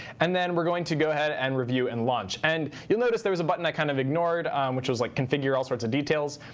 and then we're going to go ahead and review and launch. and you'll notice there was a button i kind of ignored which was like configure all sorts of details.